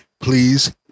Please